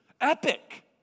Epic